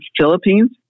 Philippines